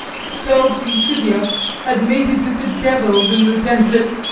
expelled from scythia had mated with the devils in the desert.